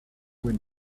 with